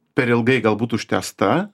per ilgai galbūt užtęsta